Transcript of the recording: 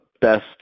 best